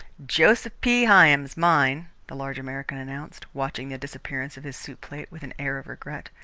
joseph p. hyam's mine, the large american announced, watching the disappearance of his soup plate with an air of regret.